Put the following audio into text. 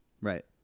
Right